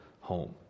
home